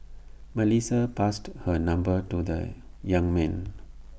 Melissa passed her number to the young man